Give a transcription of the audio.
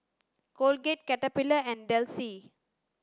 Colgate Caterpillar and Delsey